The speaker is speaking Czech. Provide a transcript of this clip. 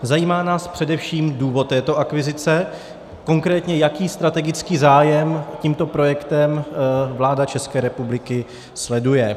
Zajímá nás především důvod této akvizice, konkrétně jaký strategický zájem tímto projektem vláda České republiky sleduje.